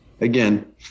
Again